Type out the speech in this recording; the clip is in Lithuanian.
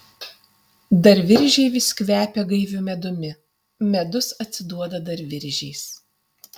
dar viržiai vis kvepia gaiviu medumi medus atsiduoda dar viržiais